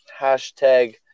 hashtag